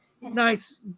nice